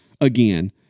again